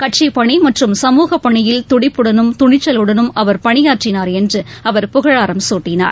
கட்சிப் பணி மற்றும் சமூகப் பணியில் துடிப்புடனும் துணிச்சலுடனும் அவர் பணியாற்றினார் என்று அவர் புகழாரம் சூட்டினார்